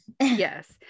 Yes